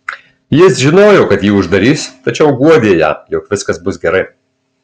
jis žinojo kad jį uždarys tačiau guodė ją jog viskas bus gerai